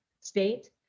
state